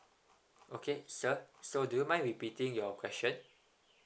okay sir so do you mind repeating your question